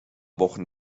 wochen